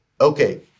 okay